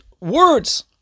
words